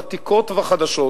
ותיקות וחדשות,